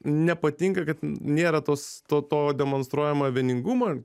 nepatinka kad nėra tos to to demonstruojamo vieningumo